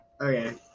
Okay